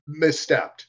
misstepped